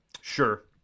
Sure